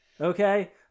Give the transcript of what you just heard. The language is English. okay